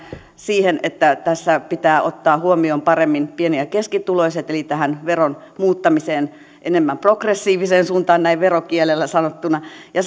siihen että tässä pitää ottaa huomioon paremmin pieni ja keskituloiset eli veron muuttamiseen enemmän progressiiviseen suuntaan näin verokielellä sanottuna ja